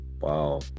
Wow